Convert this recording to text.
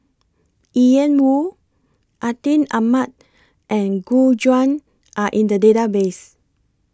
Ian Woo Atin Amat and Gu Juan Are in The Database